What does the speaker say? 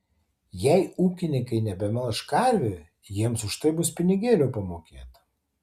jei ūkininkai nebemelš karvių jiems už tai bus pinigėlių pamokėta